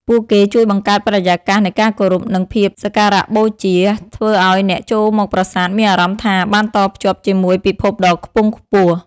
ពួកគេជួយបង្កើតបរិយាកាសនៃការគោរព និងភាពសក្ការៈបូជា ធ្វើឱ្យអ្នកចូលមកប្រាសាទមានអារម្មណ៍ថាបានតភ្ជាប់ជាមួយពិភពដ៏ខ្ពង់ខ្ពស់។